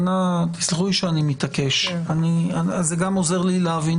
תסלחו לי שאני מתעקש, זה גם עוזר לי להבין